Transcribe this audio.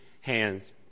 hands